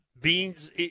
Beans